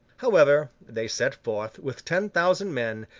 however, they set forth, with ten thousand men,